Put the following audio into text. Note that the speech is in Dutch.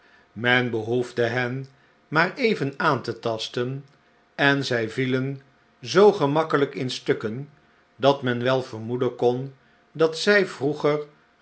menbehoefde hen maar even aan te tasten en zij vielen zoo gemakkelijk in stukken dat men wel vermoeden kon dat zij vroeger